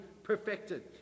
Perfected